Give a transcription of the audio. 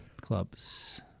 clubs